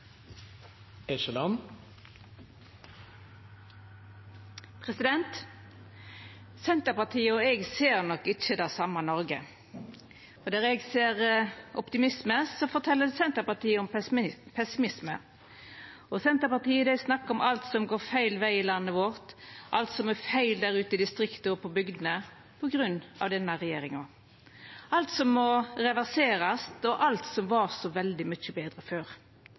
Senterpartiet og eg ser nok ikkje det same Noreg. Der eg ser optimisme, fortel Senterpartiet om pessimisme. Senterpartiet snakkar om alt som går feil veg i landet vårt, alt som er feil ute i distrikta og på bygdene på grunn av denne regjeringa, alt som må reverserast, og alt som var så mykje betre før.